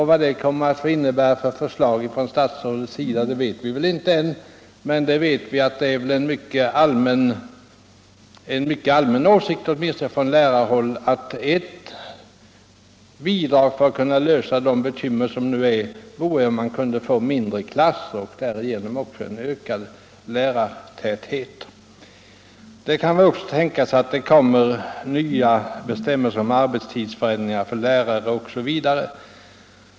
Vad det kommer att leda till för förslag från statsrådet vet vi väl inte än, men vi vet att det är en mycket allmän åsikt, åtminstone från lärarhåll, att ett bidrag till att lätta de bekymmer som nu råder vore att få mindre klasser och därigenom också en ökad lärartäthet. Det kan väl också tänkas att det kommer nya bestämmelser om arbetstidsförändringar för lärare osv.